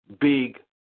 big